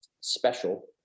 special